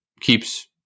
keeps